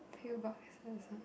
pill boxes ah